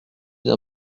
d’un